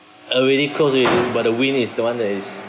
I already close it but the wind is the one that is